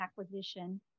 acquisition